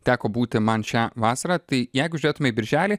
teko būti man šią vasarą tai jeigu žiūrėtume į birželį